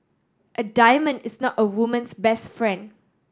a diamond is not a woman's best friend